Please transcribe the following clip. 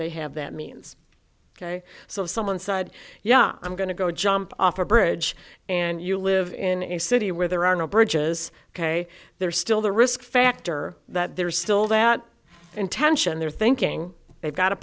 they have that means ok so if someone side yeah i'm going to go jump off a bridge and you live in a city where there are no bridges ok there's still the risk factor that there's still that intention they're thinking they've got a